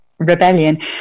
Rebellion